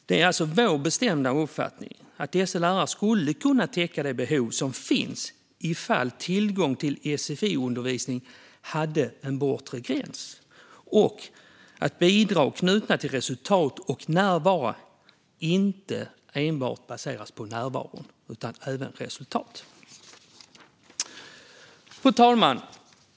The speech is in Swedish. Det är vår bestämda uppfattning att dessa lärare skulle kunna täcka de behov som finns ifall tillgång till sfi-undervisning skulle ha en bortre tidsgräns och bidrag skulle baseras på resultat och närvaro och inte enbart närvaro. Fru talman!